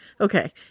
Okay